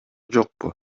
жокпу